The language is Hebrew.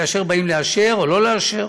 כאשר באים לאשר או לא לאשר.